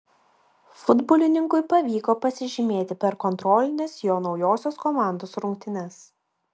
futbolininkui pavyko pasižymėti per kontrolines jo naujosios komandos rungtynes